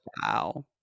wow